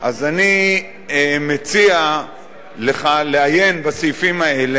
אז אני מציע לך לעיין בסעיפים האלה,